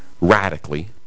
radically